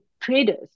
traders